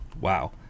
Wow